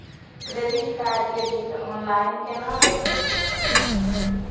Credit card के bill online केना देखबय?